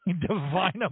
divine